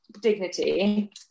Dignity